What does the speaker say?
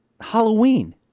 Halloween